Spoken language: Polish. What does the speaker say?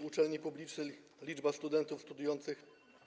W uczelni publicznej liczba studentów studiujących